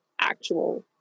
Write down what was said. actual